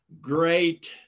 great